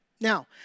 Now